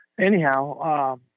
Anyhow